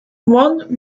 one